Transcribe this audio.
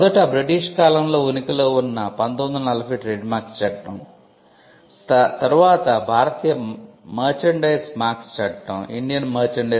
మొదట బ్రిటిష్ కాలంలో ఉనికిలో ఉన్న 1940 ట్రేడ్మార్క్స్ చట్టం తర్వాత భారతీయ మర్చండైజ్ మార్క్స్ చట్టం కూడా ఉంది